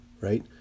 right